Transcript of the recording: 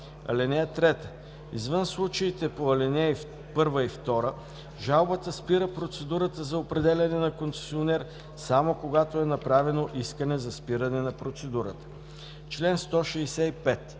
спора. (3) Извън случаите по ал. 1 и 2 жалбата спира процедурата за определяне на концесионер само когато е направено искане за спиране на процедурата.“